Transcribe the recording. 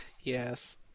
Yes